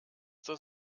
zur